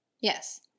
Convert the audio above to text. Yes